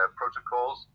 protocols